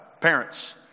parents